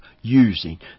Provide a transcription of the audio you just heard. using